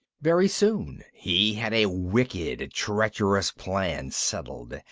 very soon he had a wicked, treacherous plan settled.